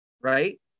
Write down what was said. Right